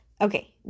Okay